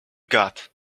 got